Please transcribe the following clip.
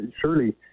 surely